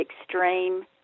extreme